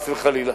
חס וחלילה?